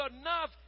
enough